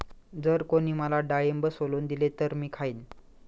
जर कोणी मला डाळिंब सोलून दिले तर मी खाईन